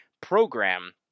program